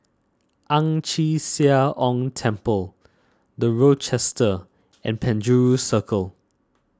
Ang Chee Sia Ong Temple the Rochester and Penjuru Circle